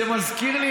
זה מזכיר,